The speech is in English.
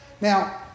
Now